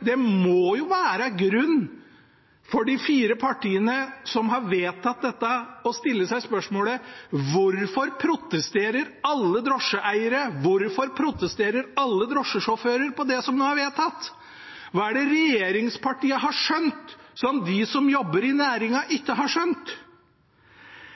Det må jo være grunn for de fire partiene som har vedtatt dette, til å stille seg spørsmålet: Hvorfor protesterer alle drosjeeiere, og hvorfor protesterer alle drosjesjåfører på det som nå er vedtatt? Hva er det regjeringspartiene har skjønt som de som jobber i næringen, ikke har skjønt?